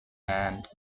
and